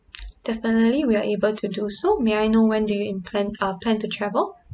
definitely we're able to do so may I know when do you intend uh plan to travel